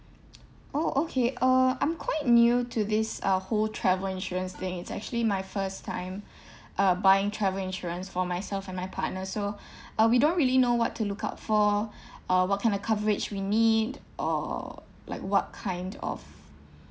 orh okay uh I'm quite new to this uh whole travel insurance thing it's actually my first time uh buying travel insurance for myself and my partner so uh we don't really know what to look out for or what kind of coverage we need or like what kind of